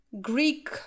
greek